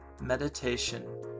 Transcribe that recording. Meditation